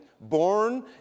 born